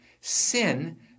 Sin